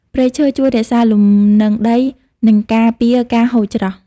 ព្រៃឈើជួយរក្សាលំនឹងដី និងការពារការហូរច្រោះ។